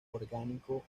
orgánico